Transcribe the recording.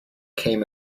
came